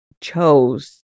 chose